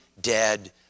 dead